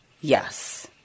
Yes